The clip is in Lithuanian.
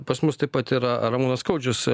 pas mus taip pat yra ramūnas skaudžius